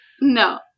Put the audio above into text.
No